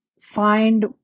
find